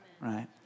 right